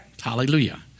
Hallelujah